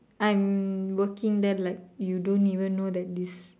I'm working there like you don't even know that this